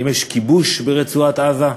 האם יש כיבוש ברצועת-עזה?